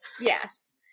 Yes